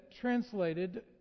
translated